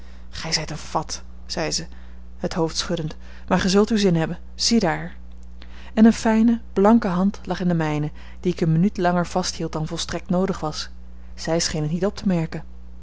gij zijt een fat zei ze het hoofd schuddend maar gij zult uw zin hebben ziedaar en eene fijne blanke hand lag in de mijne die ik een minuut langer vasthield dan volstrekt noodig was zij scheen het niet op te merken